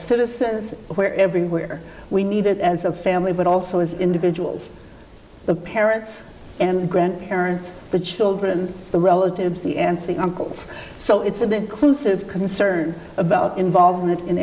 citizens where everywhere we need it as a family but also as individuals the parents and grandparents the children the relatives the n c a uncles so it's an inclusive concern about involvement in